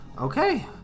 Okay